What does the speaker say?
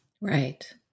Right